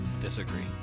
disagree